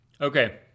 Okay